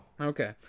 okay